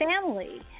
family